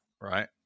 right